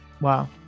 Wow